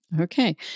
Okay